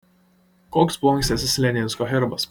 koks buvo ankstesnis leninsko herbas